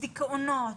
דיכאונות,